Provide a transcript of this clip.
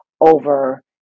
over